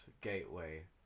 gateway